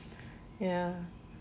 ya